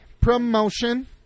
Promotion